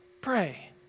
Pray